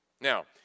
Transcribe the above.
Now